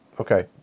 okay